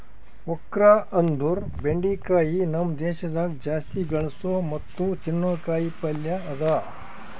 okra ಅಂದುರ್ ಬೆಂಡಿಕಾಯಿ ನಮ್ ದೇಶದಾಗ್ ಜಾಸ್ತಿ ಬೆಳಸೋ ಮತ್ತ ತಿನ್ನೋ ಕಾಯಿ ಪಲ್ಯ ಅದಾ